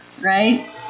right